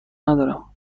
ندارم